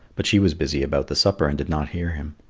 but she was busy about the supper and did not hear him.